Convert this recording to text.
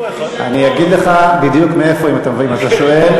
אני אגיד לך בדיוק מאיפה, אם אתה שואל.